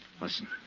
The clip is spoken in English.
Listen